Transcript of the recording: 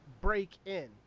break-in